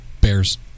bears